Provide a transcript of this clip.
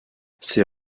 ses